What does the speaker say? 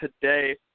today